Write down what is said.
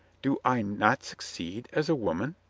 do i not succeed as a woman?